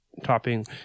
topping